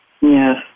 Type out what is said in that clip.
Yes